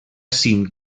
cinc